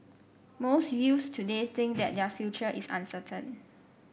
most youths today think that their future is uncertain